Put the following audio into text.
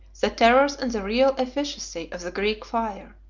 the terrors, and the real efficacy of the greek fire.